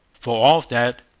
for all that,